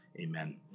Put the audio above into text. Amen